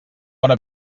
bona